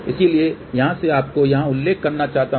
इसलिए यहां मैं आपको यहां उल्लेख करना चाहता हूं